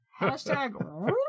Hashtag